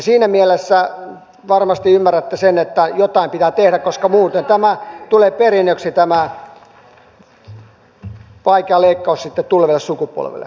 siinä mielessä varmasti ymmärrätte sen että jotain pitää tehdä koska muuten tämä vaikea leikkaus tulee perinnöksi tuleville sukupolville